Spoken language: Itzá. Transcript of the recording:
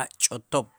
a' ch'otob'.